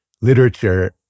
literature